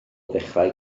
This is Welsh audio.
ddechrau